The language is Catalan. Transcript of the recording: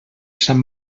sant